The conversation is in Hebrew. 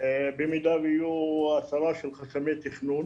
במידה ויהיו הסרה של חסמי תכנון